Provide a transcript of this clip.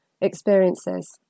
experiences